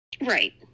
Right